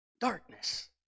Darkness